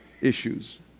issues